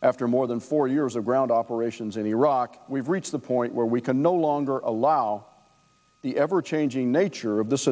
after more than four years of ground operations in iraq we've reached the point where we can no longer allow the ever changing nature of this